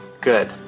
Good